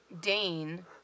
Dane